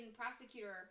prosecutor